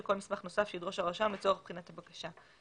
וכל מסמך נוסף שידרוש הרשם לצורך בחינת הבקשה: